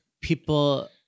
people